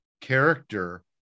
character